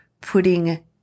putting